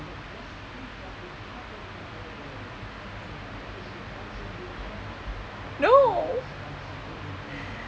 no